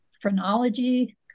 phrenology